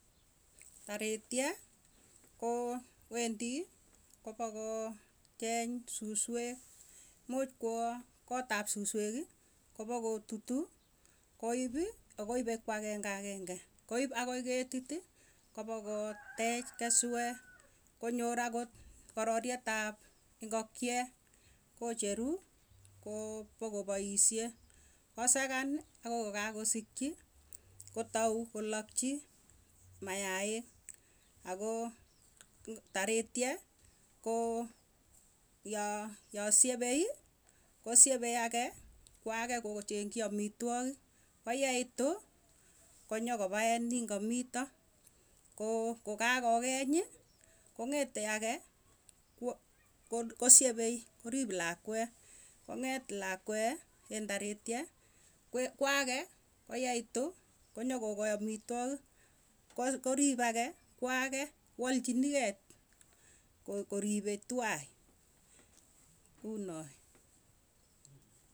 Taritwe koo wendii kopokoo cheng suswek, much kwaa kotap suswekii, kopakotutu koipii, akoipe ko agenge agenge. Koip agoi ketitii kopakotech keswee konyor akot kororietap ngokiet kocheru kopokopasiyee, kosakanii akoi kokakosikchii kotou kolakchii mayai akoo taritye ya siepee ko siepee agee kwaa age kocheng'enji amituagik. Koyeitu konyokopae nin kamito. Koo kokakokeny kong'ete age kosyepe korip lakwee. Kong'et lakwee en taritwe kwaa agee koyaitu konyagokoi amityogik, korip age kowalchinigei koripe twai kounoe.